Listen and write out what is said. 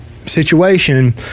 situation